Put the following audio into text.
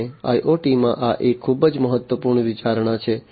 અને IoT માં આ એક ખૂબ જ મહત્વપૂર્ણ વિચારણા છે